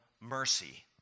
mercy